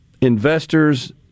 Investors